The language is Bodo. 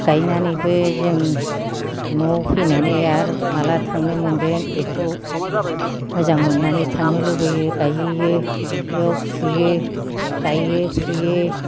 गायनानैबो जों न'आव फैनानै आरो माला थांनो मोनगोन बेखौ मोजां मोननानै थांनो लुबैयो गायहैयो दुब्लियाव फुयो गाइयो फुयो